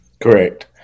Correct